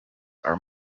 are